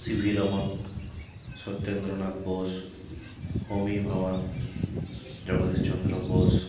C V Raman Satyendranath Bose Homi Bhabha Jagadish Chandra Bose